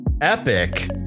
epic